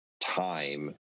time